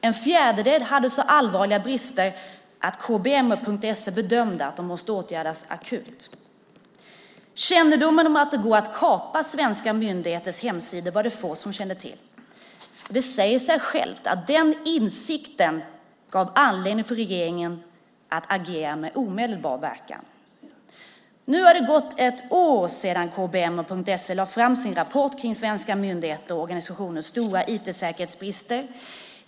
En fjärdedel hade så allvarliga brister att KBM och .SE bedömde att de måste åtgärdas akut. Att det går att kapa svenska myndigheters hemsidor var det få som kände till. Det säger sig självt att den insikten gav anledning för regeringen att agera med omedelbar verkan. Nu har det gått ett år sedan KBM och .SE lade fram sin rapport om svenska myndigheters och organisationers stora IT-säkerhetsbrister.